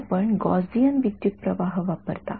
तर आपण गॉसिअन विद्युतप्रवाह वापरता